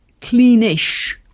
cleanish